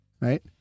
right